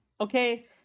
Okay